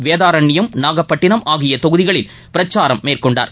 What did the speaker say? வேதாரண்யம் நாகப்பட்டினம் ஆகிய தொகுதிகளில் பிரச்சாரம் மேற்கொண்டார்